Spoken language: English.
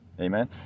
Amen